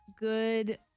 good